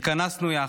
התכנסנו יחד,